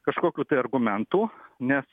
kažkokių tai argumentų nes